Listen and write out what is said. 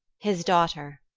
his daughter.